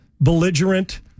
belligerent